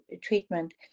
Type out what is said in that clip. treatment